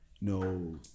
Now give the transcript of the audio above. No